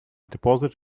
deposit